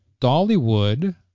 Dollywood